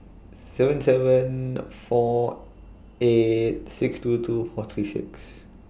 seven seven four eight six two two four three six